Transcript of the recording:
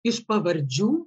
iš pavardžių